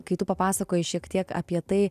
kai tu papasakojai šiek tiek apie tai